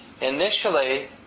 Initially